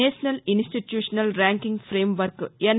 national institutional ranking framework yes